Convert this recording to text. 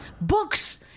books